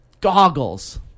Goggles